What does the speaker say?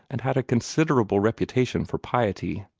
and had a considerable reputation for piety.